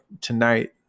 tonight